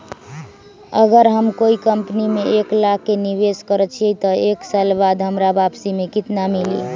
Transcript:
अगर हम कोई कंपनी में एक लाख के निवेस करईछी त एक साल बाद हमरा वापसी में केतना मिली?